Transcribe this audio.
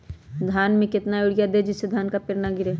धान में कितना यूरिया दे जिससे धान का पेड़ ना गिरे?